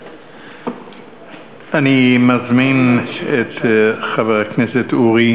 אני מזמין את חבר הכנסת אורי